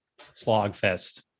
Slogfest